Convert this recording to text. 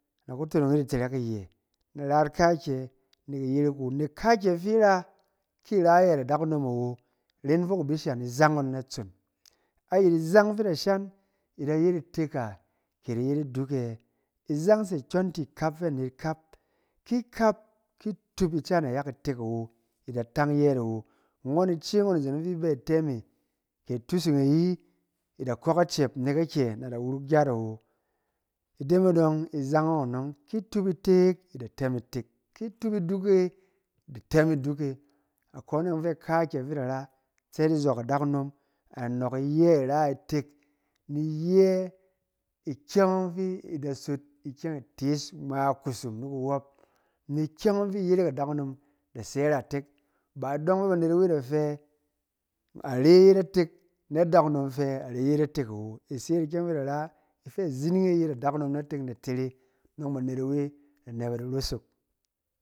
Na ku tonong yit itɛrɛk iyɛ, na ra yit kaakyɛ nɛk iyerek wu. Nɛk kaakyɛ fi i ra ki i ra ayɛt adakunom awo, i ren fok i bi shan izang ngɔn natsong. Ayɛt izang fi da shan, i da yet itek a kɛ i da yet iduk e yɛ? Izang se kyɔng ti ikap fɛ anet kap, ki ikap, ki i tup ice nayak itek awo, i da tang yɛɛt awo. Ngɔn ice wu izen ɔng fi i bɛ itɛm e, kɛ itusung ayi, i da kok acɛp, nɛk akyɛ, a da worok gyat awo. Ide me dɔng izang ɔng anɔng, ki tup itek da tɛm itek, ki tup iduk e da tɛm iduk e. Akone yɔng, fɛ kaakƴɛ fi in da ra, tsɛt izɔk adakunom, a nɔɔk iyɛ ira itek, ni iyɛ ikyɛng ɔng fi i da sot ikyɛng itees ngma kusum ni kuwɔp, ni ikyɛng ɔng fi iyerek adakunom da sɛ iratek, ba idɔng fɛ banet-awe da fɛ, are yet atek na adakunom fɛ are yet atek awo. I se yet ikyɛng fi i da ra, ifɛ azining e yet adakunom na teng da tere, yɔng banet-awe da ne ba di rosok.